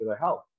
health